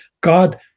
God